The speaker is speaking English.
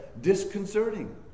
disconcerting